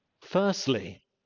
Firstly